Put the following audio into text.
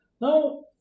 Now